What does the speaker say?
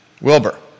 Wilbur